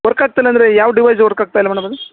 work ಆಗ್ತಿಲ್ಲ ಅಂದರೆ ಯಾವ ಡಿವೈಸ್ ವರ್ಕ್ ಆಗ್ತಿಲ್ಲ ಮೇಡಮ್ ಅದು